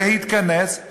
להתכנס,